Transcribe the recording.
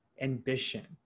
ambition